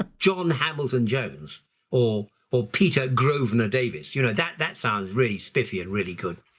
ah john hamilton jones or or peter grosvenor davis you know. that that sounds really spiffy and really good.